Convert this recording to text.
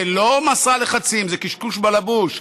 זה לא מסע לחצים, זה קשקוש בלבוש.